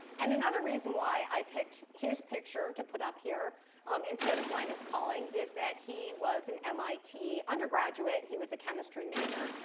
and another reason why i picked his picture to put up here um instead of linus pauling is that he was an mit undergraduate, and he was a chemistry major.